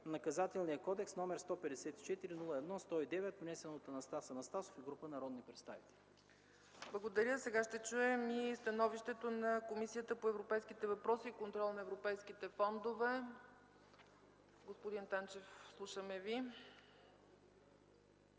Наказателния кодекс, № 154-01-109, внесен от Анастас Анастасов и група народни представители.” ПРЕДСЕДАТЕЛ ЦЕЦКА ЦАЧЕВА: Благодаря. Сега ще чуем и становището на Комисията по европейските въпроси и контрол на европейските фондове. Господин Танчев, слушаме Ви.